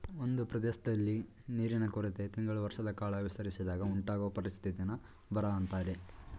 ಒಂದ್ ಪ್ರದೇಶ್ದಲ್ಲಿ ನೀರಿನ ಕೊರತೆ ತಿಂಗಳು ವರ್ಷದಕಾಲ ವಿಸ್ತರಿಸಿದಾಗ ಉಂಟಾಗೊ ಪರಿಸ್ಥಿತಿನ ಬರ ಅಂತಾರೆ